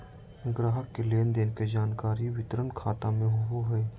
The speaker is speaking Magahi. ग्राहक के लेन देन के जानकारी वितरण खाता में होबो हइ